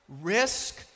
risk